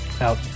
out